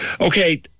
Okay